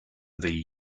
the